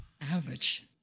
Average